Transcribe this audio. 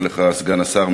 אדוני סגן השר,